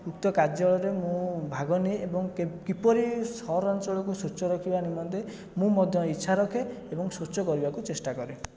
ଉକ୍ତ କାର୍ଯ୍ୟାଳୟରେ ମୁଁ ଭାଗ ନିଏ ଏବଂ କିପରି ସହରାଞ୍ଚଳକୁ ସ୍ଵଚ୍ଛ ରଖିବା ନିମନ୍ତେ ମୁଁ ମଧ୍ୟ ଇଚ୍ଛା ରଖେ ଏବଂ ସ୍ୱଚ୍ଛ କରିବାକୁ ଚେଷ୍ଟା କରେ